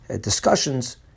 discussions